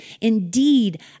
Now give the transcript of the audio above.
Indeed